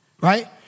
right